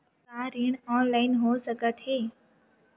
का ऋण ऑनलाइन हो सकत हे?